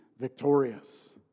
victorious